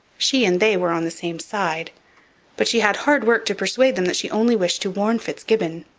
she and they were on the same side but she had hard work to persuade them that she only wished to warn fitzgibbon.